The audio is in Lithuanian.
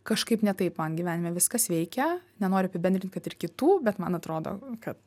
kažkaip ne taip man gyvenime viskas veikia nenoriu apibendrinti kad ir kitų bet man atrodo kad